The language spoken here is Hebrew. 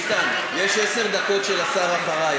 ביטן, יש עשר דקות של השר אחרי.